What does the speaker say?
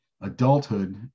Adulthood